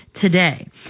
today